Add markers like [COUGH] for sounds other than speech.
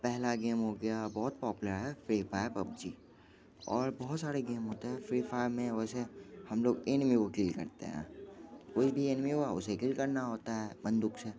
पहला गेम हो गया बहुत पॉपुलर है फ्री फायर पबजी और बहुत सारे गेम होते हैं फ्री फायर में वैसे हम लोग [UNINTELLIGIBLE] करते हैं कोई भी [UNINTELLIGIBLE] हुआ उसे किल करना होता है बंदूक से